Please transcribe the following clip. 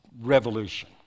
revolution